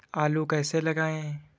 आलू कैसे लगाएँ?